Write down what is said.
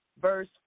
verse